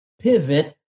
pivot